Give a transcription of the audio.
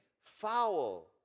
Foul